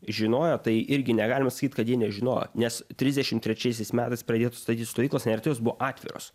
žinojo tai irgi negalima sakyt kad jie nežinojo nes trisdešim trečiaisiais metais pradėtos statyti stovyklos neretai jos buvo atviros